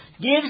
gives